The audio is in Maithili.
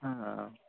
हँ